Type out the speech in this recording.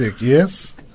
Yes